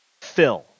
fill